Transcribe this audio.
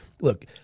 look